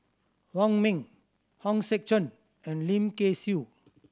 Wong Ming Hong Sek Chern and Lim Kay Siu